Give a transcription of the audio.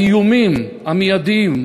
האיומים המיידיים,